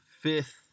fifth